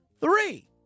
Three